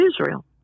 Israel